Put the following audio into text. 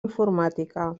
informàtica